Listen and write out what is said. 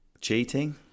Cheating